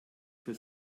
für